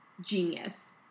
genius